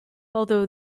although